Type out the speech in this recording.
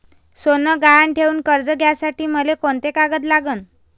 सोनं गहान ठेऊन कर्ज काढासाठी मले कोंते कागद लागन?